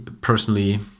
personally